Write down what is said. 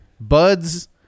buds